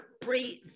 breathe